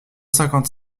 cinquante